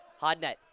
Hodnett